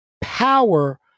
power